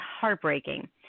heartbreaking